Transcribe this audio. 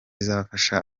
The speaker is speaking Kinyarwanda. izafasha